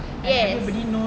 yes